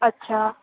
اچھا